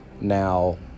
Now